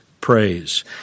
praise